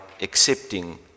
accepting